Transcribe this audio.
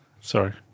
Sorry